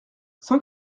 cent